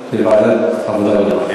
ועדת העבודה והרווחה.